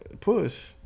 Push